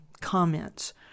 comments